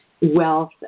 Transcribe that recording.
wealth